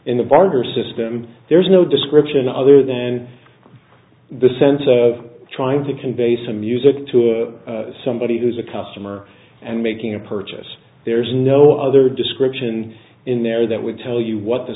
in the barter system there is no description other than the sense of trying to convey some music to somebody who's a customer and making a purchase there's no other description in there that would tell you what the